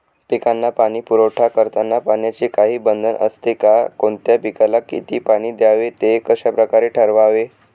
पिकांना पाणी पुरवठा करताना पाण्याचे काही बंधन असते का? कोणत्या पिकाला किती पाणी द्यावे ते कशाप्रकारे ठरवावे?